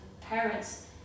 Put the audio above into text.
parents